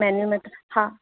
menu में त हा